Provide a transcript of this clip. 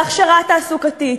בהכשרה תעסוקתית,